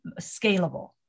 scalable